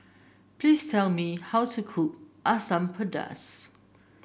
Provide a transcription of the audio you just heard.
please tell me how to cook Asam Pedas